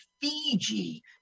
Fiji